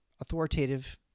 authoritative